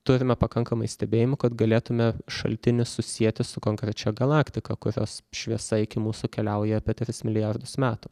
turime pakankamai stebėjimų kad galėtume šaltinį susieti su konkrečia galaktika kurios šviesa iki mūsų keliauja apie tris milijardus metų